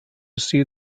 see